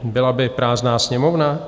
Byla by prázdná sněmovna?